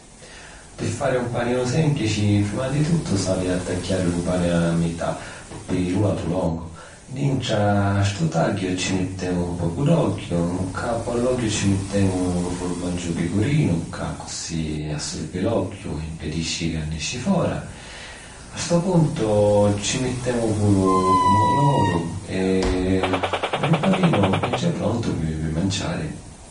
Pi fari un paninu sìmplici, prima di tuttu s’havi a tagghiari lu pani a mità, pi lu latu longu. Dintra a stu tagghiu, ci mittèmu un pocu d’ogghiu. Ncapu a l’ogghiu ci mittemu lu furmaggiu picurinu, ca accussì assorbi l’ogghiu e impedisci ca nesci fora. A stu puntu, ci mittemu puru lu pumadoru, e lu paninu è già prontu pi manciari.